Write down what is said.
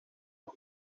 los